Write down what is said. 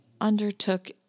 undertook